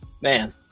man